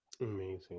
Amazing